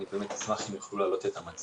אני באמת אשמח אם יוכלו להעלות את המצגת.